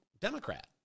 democrat